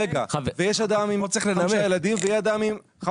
להיות אדם שיש לו 15 ילדים והוא צריך